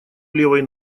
левой